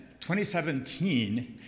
2017